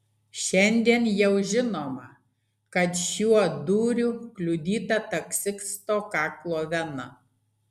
šiandien jau žinoma kad šiuo dūriu kliudyta taksisto kaklo vena